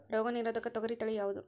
ರೋಗ ನಿರೋಧಕ ತೊಗರಿ ತಳಿ ಯಾವುದು?